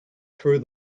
through